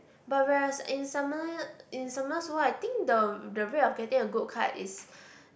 but whereas in summer~ in Summoners War I think the the rate of getting a good card is